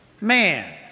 man